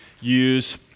use